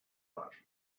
var